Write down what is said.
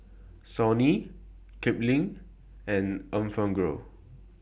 Sony Kipling and Enfagrow